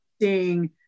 seeing